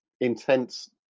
intense